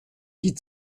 die